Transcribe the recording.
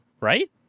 right